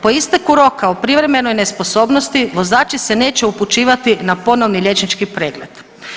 Po isteku roka o privremenoj nesposobnosti vozači se neće upućivati na ponovni liječnički pregled.